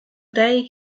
day